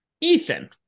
Ethan